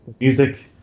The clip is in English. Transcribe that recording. music